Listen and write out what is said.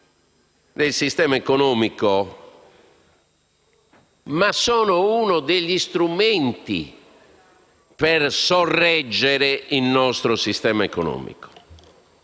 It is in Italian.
del sistema economico, bensì uno degli strumenti per sorreggere il nostro sistema economico.